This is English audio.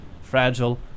fragile